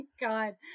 God